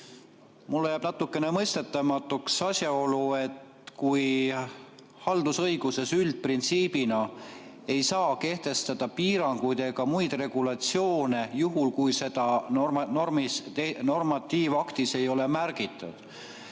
Mulle jääb see natuke mõistetamatuks asjaolu tõttu, et haldusõiguses üldprintsiibina ei saa kehtestada piiranguid ega muid regulatsioone, juhul kui seda normatiivaktis ei ole märgitud,